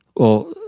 well,